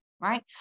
right